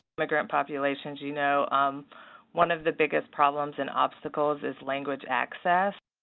immigrant populations, you know um one of the biggest problems and obstacles is language access.